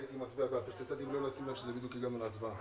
החליטה לאשר את העמותות הבאות: